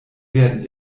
werden